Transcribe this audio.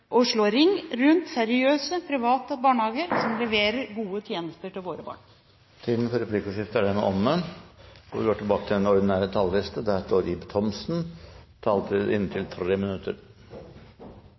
å slå ring rundt seriøse private barnehager som leverer gode tjenester til våre barn. Replikkordskiftet er omme. De talere som heretter får ordet, har en taletid på inntil 3 minutter. Jeg er enig med statsråden, vi